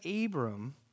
Abram